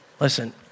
Listen